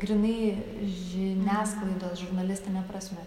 grynai žiniasklaidos žurnalistine prasme